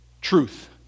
truth